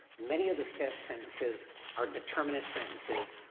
many of the set sentences are determinant sentences.